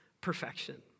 perfection